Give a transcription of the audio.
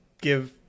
give